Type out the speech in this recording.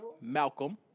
Malcolm